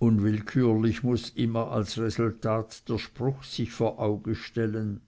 unwillkürlich muß immer als resultat der spruch sich vor augen stellen